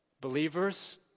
believers